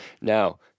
Now